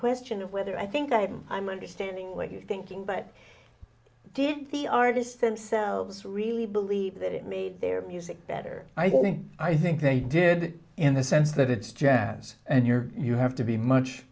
question of whether i think i'm i'm understanding what you're thinking but did the artists themselves really believe that it made their music better i think i think they did in the sense that it's jazz and you're you have to be much